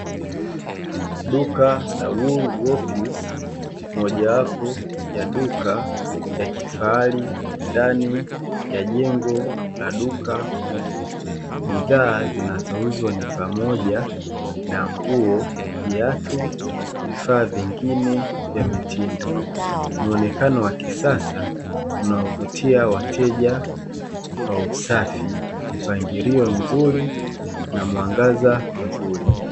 Duka la Woolworths ni moja wapo la duka la kifahali ndani ya jengo la duka kubwa, bidhaa zinazouzwa ni pamoja na nguo, viatu, vifaa vingine vya mitindo muonekano wa kisasa unaovutia wateja kwa usafi, mpangilio mzuri na muangaza mzuri.